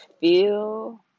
feel